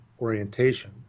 orientation